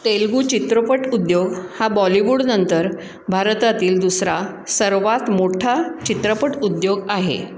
तेलुगू चित्रपट उद्योग हा बॉलिवूडनंतर भारतातील दुसरा सर्वात मोठा चित्रपट उद्योग आहे